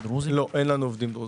אין לנו עובדים דרוזים.